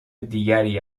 دیگری